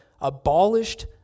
abolished